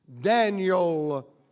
Daniel